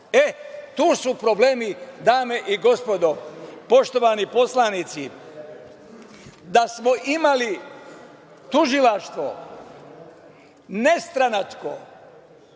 Tu su problemi, dame i gospodo, poštovani poslanici. Da smo imali tužilaštvo nestranačko